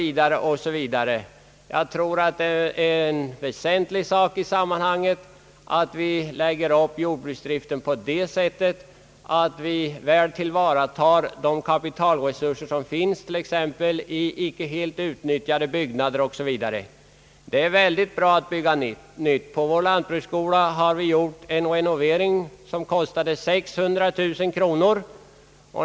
Jag tror att det väsentliga i sammanhanget är att 'man' lägger upp jordbruksdriften på sådant sätt att man väl tillvaratar de kapitalresurser som finns t.ex. i icke helt utnyttjade byggnader. Det är mycket bra att bygga nytt. På vårt lantbruksskola har vi gjort en renovering som kostat 600000 kronor.